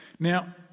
Now